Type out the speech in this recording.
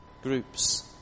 groups